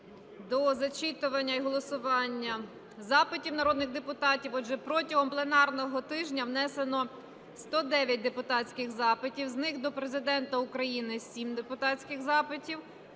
до зачитування і голосування запитів народних депутатів. Отже, протягом пленарного тижня внесено 109 депутатських запитів, з них до Президента України – 7 депутатських запитів,